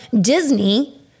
Disney